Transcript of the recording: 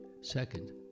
Second